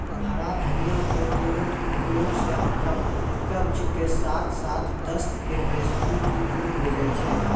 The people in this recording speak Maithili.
हरा धनिया के नियमित उपयोग सॅ कब्ज के साथॅ साथॅ दस्त के परेशानी भी दूर होय जाय छै